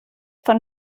von